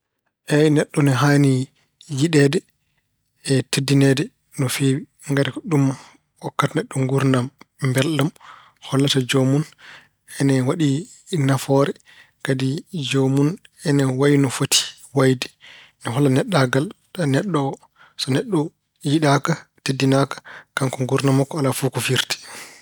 Eey, neɗɗo ina haani yiɗeede e teddineede no feewi. Ngati ko ɗum hokkata neɗɗo nguurndam mbelɗam, hollata joomum ina waɗi nafoore, kadi joomum ina wayi no foti wayde. Ina holla neɗɗaagal neɗɗo o. So neɗɗo yiɗaaka, teddinaaka, kanko nguurndam makko alaa fof ko firti.